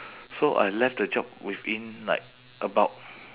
so I left the job within like about